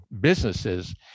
businesses